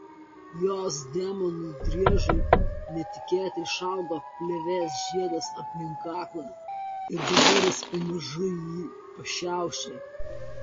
jos demonui driežui netikėtai išaugo plėvės žiedas aplink kaklą ir dabar jis pamažu jį pašiaušė